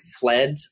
fled